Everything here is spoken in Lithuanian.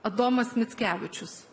adomas mickevičius